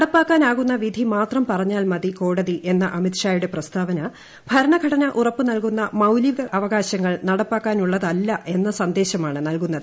നടപ്പാക്കാണ്കുന്ന വിധി മാത്രം പറഞ്ഞാൽ മതി കോടതി എന്ന അമ്മിത്ഷായുടെ പ്രസ്താവന ഭരണഘടന ഉറപ്പുനൽകുന്ന മൌ്ലികാവകാശങ്ങൾ നടപ്പാക്കാനുള്ളതല്ല എന്ന സന്ദേശമാണ് നൽകുന്നത്